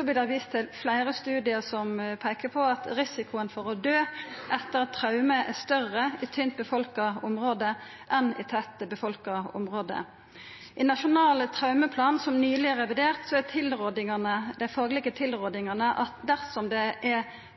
vert det vist til fleire studiar som peikar på at risikoen for å døy etter traume er større i tynt befolka område enn i tett befolka område. I Nasjonal traumeplan, som nyleg er revidert, er dei faglege tilrådingane at dersom det er